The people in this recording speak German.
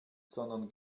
sondern